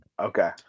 Okay